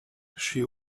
she